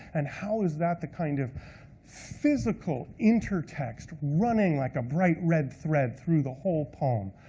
and how is that the kind of physical intertext, running like a bright red thread through the whole poem?